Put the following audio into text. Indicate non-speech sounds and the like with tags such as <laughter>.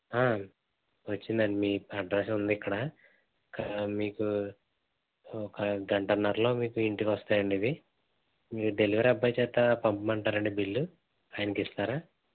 వచ్చిందండి మీ అడ్రస్ ఉంది ఇక్కడ మీకు ఒక గంటన్నరలో మీకు ఇంటికి వస్తాయి అండి ఇవి <unintelligible> డెలివరీ అబ్బాయి చేత పంపమంటారా అండి బిల్లు ఆయనకి ఇస్తారా